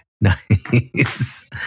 Nice